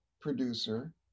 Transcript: producer